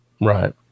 Right